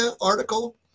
article